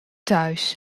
thuis